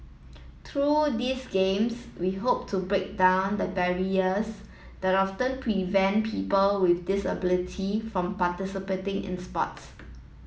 through these games we hope to break down the barriers that often prevent people with disability from participating in sports